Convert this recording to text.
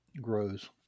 grows